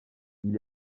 est